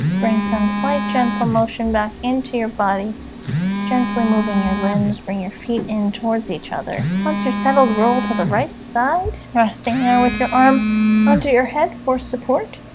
bring some slight gentle motion back into your body gently moving your limbs bring your feet in towards each other once you're settled roll to the right side resting there with your arm under your head for support